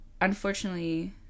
Unfortunately